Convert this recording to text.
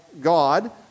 God